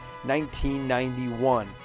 1991